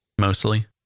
mostly